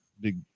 big